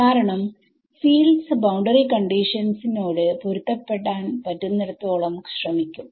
കാരണം fields boundary കണ്ടിഷൻസിനോട് പൊരുത്തപ്പെടാൻ പറ്റുന്നിടത്തോളം ശ്രമിക്കും